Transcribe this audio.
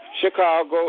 Chicago